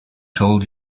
told